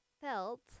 felt